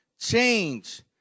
Change